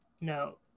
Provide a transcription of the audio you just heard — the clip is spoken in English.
No